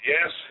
Yes